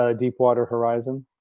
ah deepwater horizon?